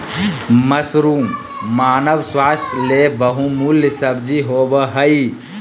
mushroom मानव स्वास्थ्य ले बहुमूल्य सब्जी होबय हइ